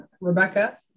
Rebecca